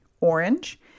orange